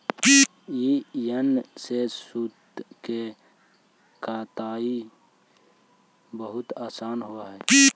ई यन्त्र से सूत के कताई बहुत आसान होवऽ हई